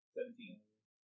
Seventeen